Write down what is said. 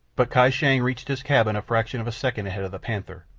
but kai shang reached his cabin a fraction of a second ahead of the panther,